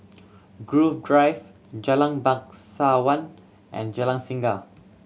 Grove Drive Jalan Bangsawan and Jalan Singa